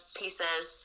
pieces